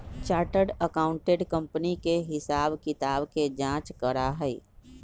chartered accountant company के हिसाब किताब के जाँच करा हई